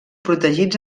protegits